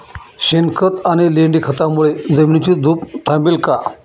शेणखत आणि लेंडी खतांमुळे जमिनीची धूप थांबेल का?